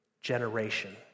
generation